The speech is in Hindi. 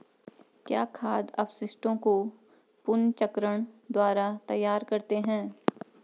क्या खाद अपशिष्टों को पुनर्चक्रण द्वारा तैयार करते हैं?